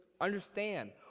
understand